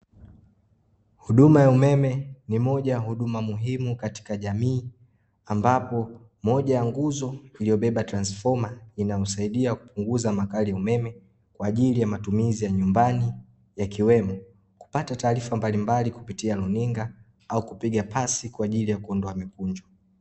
Huduma ya umeme ni moja ya huduma muhimu katika jamii, ambapo moja ya nguzo iliyobeba transfoma inayosaidia kupunguza makali ya umeme kwa ajili ya matumizi ya nyumbani yakiwemo, kupata taarifa mbalimbali kupitia runinga au kupiga pasi kwa ajili ya kuondoa mikunjo.